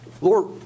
Lord